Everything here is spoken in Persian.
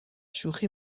شوخی